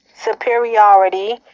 superiority